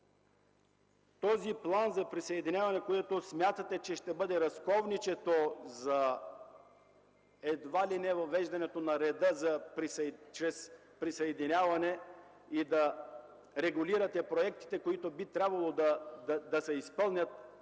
този план за присъединяване, който смятате, че ще бъде разковничето за едва ли не въвеждането на реда за присъединяване, и да регулирате проектите, които би трябвало да се изпълнят